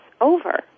over